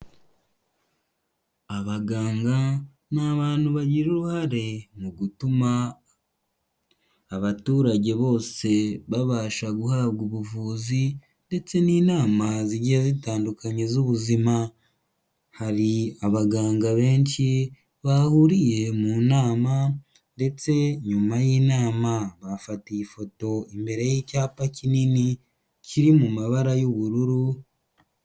Abaganga ni abantu bagira uruhare mu gutuma abaturage bose babasha guhabwa ubuvuzi ndetse n'inama zigiye zitandukanye z'ubuzima, hari abaganga benshi bahuriye mu nama ndetse nyuma y'inama bafata iyi ifoto imbere y'icyapa kinini, kiri mu mabara y'ubururu.